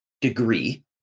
degree